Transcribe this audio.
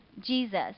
Jesus